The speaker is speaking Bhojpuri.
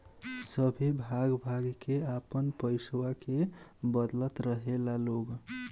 सभे भाग भाग के आपन पइसवा के बदलत रहेला लोग